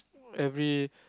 every